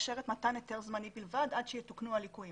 מאשר מתן היתר זמני בלבד עד שיתוקנו הליקויים